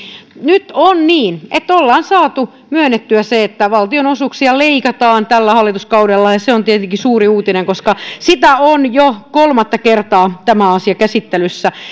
nyt on niin että ollaan saatu myönnettyä se että valtionosuuksia leikataan tällä hallituskaudella ja se on tietenkin suuri uutinen koska tämä asia on jo kolmatta kertaa käsittelyssä